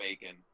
bacon